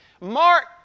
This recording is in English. Mark